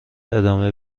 ادامه